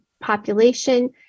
population